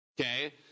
Okay